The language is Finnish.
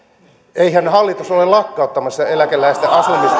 eihän hallitus ole lakkauttamassa eläkeläisten asumistukea